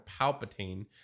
Palpatine